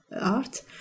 Art